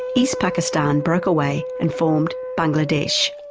east pakistan broke away and formed bangladesh.